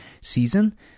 season